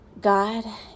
God